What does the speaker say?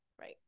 Right